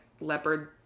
leopard